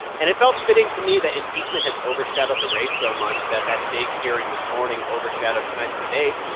and it felt fitting to me that impeachment has overshadowed the race so much that that big hearing this morning overshadowed tonight's debate.